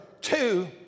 two